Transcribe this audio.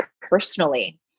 personally